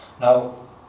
Now